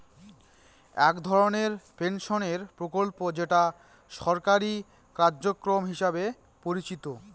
এক ধরনের পেনশনের প্রকল্প যেটা সরকারি কার্যক্রম হিসেবে পরিচিত